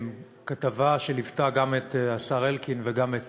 כתבה שליוותה גם את השר אלקין וגם את